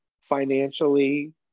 financially